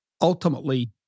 Ultimately